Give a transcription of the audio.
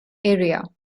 area